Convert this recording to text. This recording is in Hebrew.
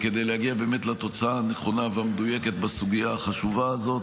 כדי להגיע לתוצאה הנכונה והמדויקת בסוגיה החשובה הזאת.